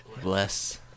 Bless